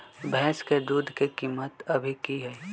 भैंस के दूध के कीमत अभी की हई?